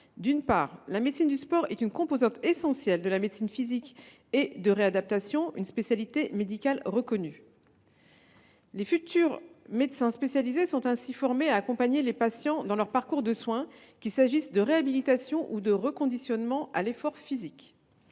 D’une part, la médecine du sport est une composante essentielle de la médecine physique et de réadaptation, une spécialité médicale reconnue. Les futurs médecins spécialisés sont ainsi formés à accompagner les patients dans leur parcours de soins, qu’il s’agisse de réhabilitation ou de reconditionnement à l’effort physique.